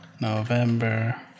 November